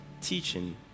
teaching